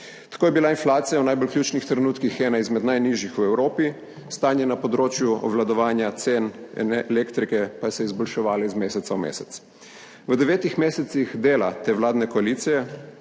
Tako je bila inflacija v najbolj ključnih trenutkih ena izmed najnižjih v Evropi. Stanje na področju obvladovanja cen elektrike pa se je izboljševalo iz meseca v mesec. V devetih mesecih dela te vladne koalicije,